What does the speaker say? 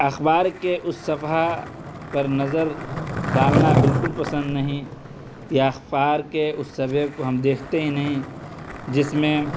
اخبار کے اس صفحہ پر نظر ڈالنا بالکل پسند نہیں یا اخبار کے اس صفحے کو ہم دیکھتے ہی نہیں جس میں